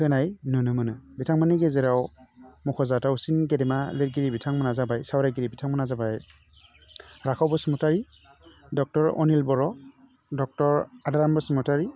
होनाय नुनो मोनो बिथांमोननि गेजेराव मख'जाथावसिन गेदेमा लिरगिरि बिथांमोना जाबाय सावरायगिरि बिथांमोना जाबाय राखाव बसुमतारि डक्टर अनिल बर' डक्टर आदाराम बसुमतारि